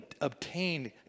obtained